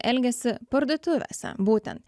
elgiasi parduotuvėse būtent